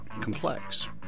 complex